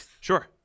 sure